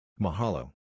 Mahalo